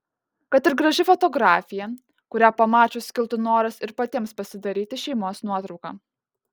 kad ir graži fotografija kurią pamačius kiltų noras ir patiems pasidaryti šeimos nuotrauką